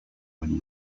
baino